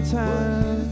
time